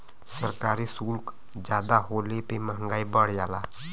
सरकारी सुल्क जादा होले पे मंहगाई बढ़ जाला